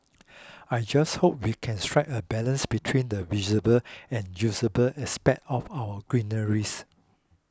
I just hope we can strike a balance between the and the usable aspects of our greeneries